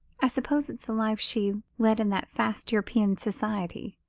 i suppose it's the life she's led in that fast european society